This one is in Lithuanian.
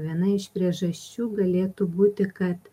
viena iš priežasčių galėtų būti kad